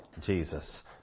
Jesus